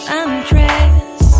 undress